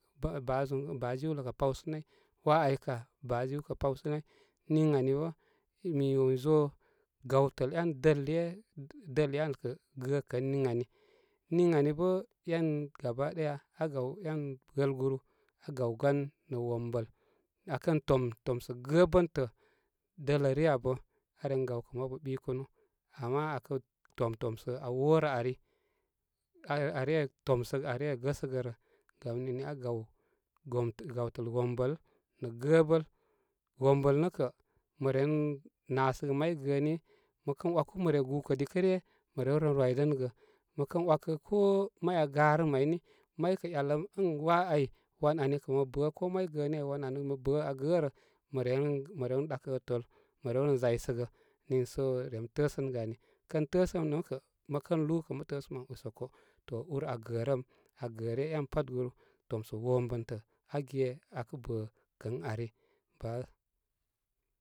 Baazum, baajiwlə kə pawsú nayu waa ai ka baajiw kə pawsu nay. Niŋ ani bə mimin zo gawləl én dəl iyə-dəl iyə al kə gə ən niŋ ani. Niŋ ani bə én gba ɗaya aa gaw én ghəl guru aa gaw gan nə wombəl aa kən tom tomsə gəbəntə dəl iyə abə aa ren gawkə mabu ɓikúnú. Ama akə tom tomsə a worə ari are tomsə areye gəsə gərə. Gamnini aa gaw gawrəl wombəl nə gəbə. Wombəl nə kə mə ren nasəgə may gəəni mə kən wakil mə ren gúkə dikə ryə mə rew ren rwi dənəgə. Mə kən wakə ko may a garəm ai ni, may kə yaləm waa ai, wan ani kə mə bə, ko may gəə ai wan ani mə bəu aa gərə, məren-məren ɗakə gə tol, mə rew ren zaysəgə. niisə rem təəsənə ani, kən təə səm nə kə mə kən lúú kə mə təəsu əmən úsoko. To ur aagərəm aa gəəre ən pat guru. Tomsə wombəntəkə age akə bə kərən ari ba.